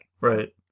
right